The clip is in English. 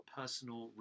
personal